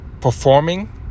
performing